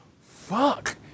fuck